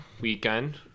weekend